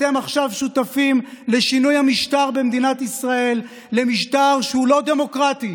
אתם עכשיו שותפים לשינוי המשטר במדינת ישראל למשטר שהוא לא דמוקרטי.